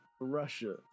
Russia